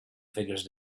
figures